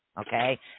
Okay